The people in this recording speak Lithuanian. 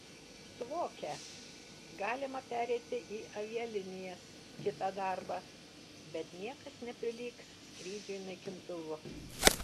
suvokia galima pereiti į avialinijas kitą darbą bet niekas neprilygs skrydžiui naikintuvu